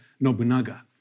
Nobunaga